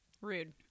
Rude